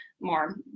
more